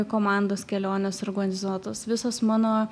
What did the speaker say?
komandos kelionės organizuotos visos mano